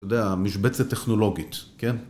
אתה יודע, המשבצת טכנולוגית, כן?